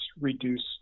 reduced